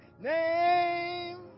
name